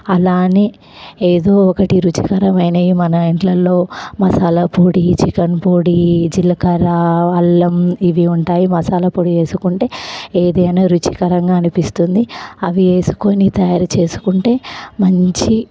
అలానే ఏదో ఒకటి రుచికరమైనవి మన ఇంట్లల్లో మసాలా పొడి చికెన్ పొడి జీలకర్ర అల్లం ఇవి ఉంటాయి మసాలా పొడి వేసుకుంటే ఏదైనా రుచికరంగా అనిపిస్తుంది అవి వేసుకుకొని తయారు చేసుకుంటే మంచి